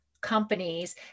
companies